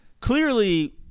clearly